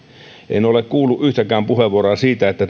en ole kuullut yhtäkään puheenvuoroa siitä että